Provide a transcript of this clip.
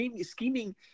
scheming